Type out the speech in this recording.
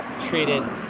treated